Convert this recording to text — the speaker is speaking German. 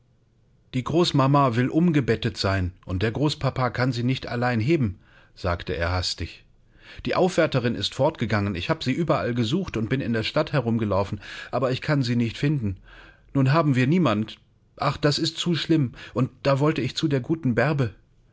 die großmama will umgebettet sein und der großpapa kann sie nicht allein heben sagte er hastig die aufwärterin ist fortgegangen ich habe sie überall gesucht und bin in der stadt herumgelaufen aber ich kann sie nicht finden nun haben wir niemand ach das ist zu schlimm und da wollte ich zu der guten bärbe